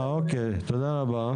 אוקיי, תודה רבה.